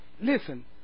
Listen